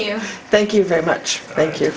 you thank you very much thank you